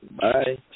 bye